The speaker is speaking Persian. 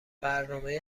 برنامهی